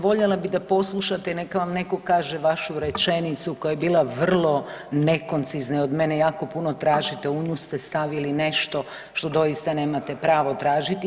Voljela bih da poslušate i neka vam neko kaže vašu rečenicu koja je bila vrlo nekoncizna i od mene jako puno tražite, u nju ste stavili nešto što doista nemate pravo tražiti.